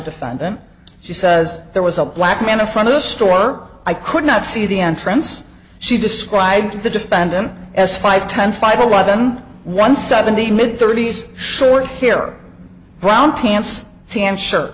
defendant she says there was a black man in front of the store i could not see the entrance she described the defendant as five ten five eleven one seventy mid thirty's short hair brown pants